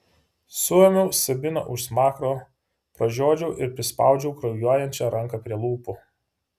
suėmiau sabiną už smakro pražiodžiau ir prispaudžiau kraujuojančią ranką prie lūpų